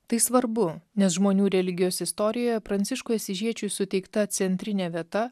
tai svarbu nes žmonių religijos istorijoje pranciškui asyžiečiui suteikta centrinė vieta